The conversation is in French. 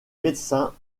médecin